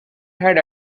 had